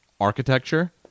architecture